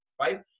right